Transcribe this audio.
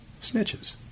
snitches